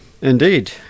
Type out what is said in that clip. Indeed